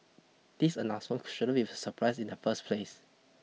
this announcement shouldn't be a surprise in the first place